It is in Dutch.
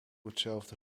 hetzelfde